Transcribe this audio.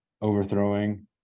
overthrowing